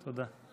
תודה.